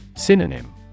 Synonym